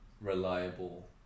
reliable